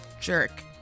jerk